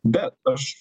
bet aš